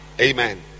Amen